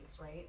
right